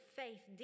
faith